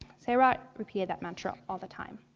sayra repeated that mantra all the time.